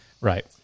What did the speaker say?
Right